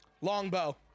Longbow